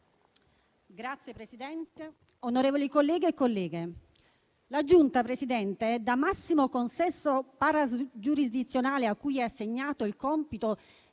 Signora Presidente, onorevoli colleghi e colleghe, la Giunta, da massimo consesso paragiurisdizionale a cui è assegnato il compito